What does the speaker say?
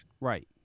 Right